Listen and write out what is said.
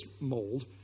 mold